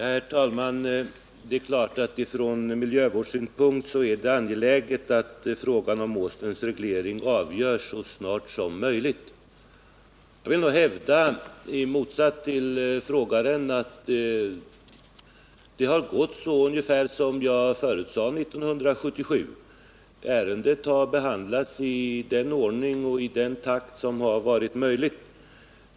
Herr talman! Det är klart att det från miljövårdssynpunkt är angeläget att frågan om Åsnens reglering avgörs så snart som möjligt. Jag vill dock i motsats till frågeställaren hävda att det har gått ungefär så som jag förutsade 1977. Ärendet har behandlats i den ordning och i den takt som varit möjligt.